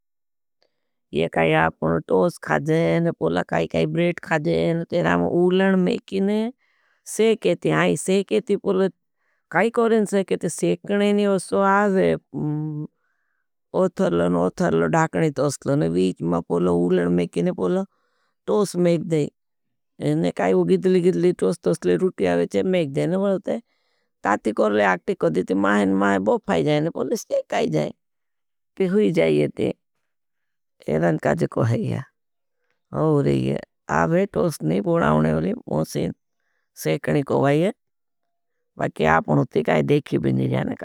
ये काई आपका टोस खाजें, पोला काई-काई ब्रेट खाजें। तेरा में उलन मेंकिनें सेखेती, हाई सेखेती पोला काई कोरें सेखेती। सेखने नहीं उसतो आज ओथरलन, ओथरलन धाकनें तोसलन, वीच में पोला उलन मेंकिनें पोला टोस मेंख दें। नहीं काई गितली-गितली टोस तोसले रूटी आवेचे, मेंख दें नहीं पोला तेरा मेंकिनें सेखेती। ताती करले आक्टी को देती, माहें-माहें बोफाई जाएं, नहीं पोला सेखाई जाएं।